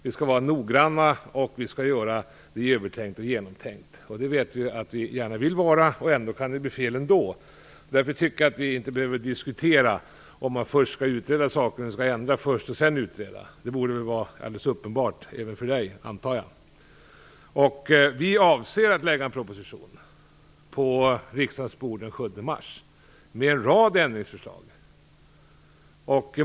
Vi skall göra dem genomtänkta och vara noggranna. Vi vet att vi gärna vill vara det, men det kan bli fel ändå. Därför tycker jag att vi inte behöver diskutera om man först skall utreda saken, eller om man skall ändra först och sedan utreda. Det borde väl vara alldeles uppenbart även för Sigge Godin, antar jag. Vi avser att lägga en proposition på riksdagens bord den 7 mars med en rad ändringsförslag.